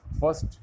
First